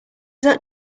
that